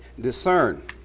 discern